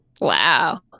Wow